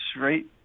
right